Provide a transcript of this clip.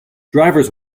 drivers